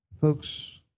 Folks